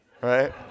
right